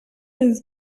his